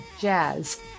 jazz